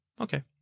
Okay